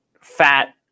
fat